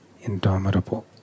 indomitable